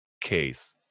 case